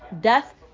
Death